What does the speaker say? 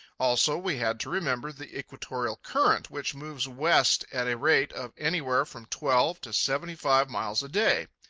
also, we had to remember the equatorial current, which moves west at a rate of anywhere from twelve to seventy-five miles a day.